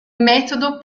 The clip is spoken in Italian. metodo